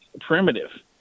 primitive